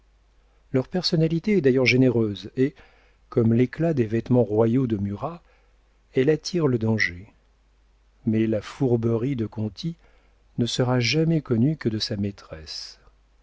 leur personnalité est d'ailleurs généreuse et comme l'éclat des vêtements royaux de murat elle attire le danger mais la fourberie de conti ne sera jamais connue que de sa maîtresse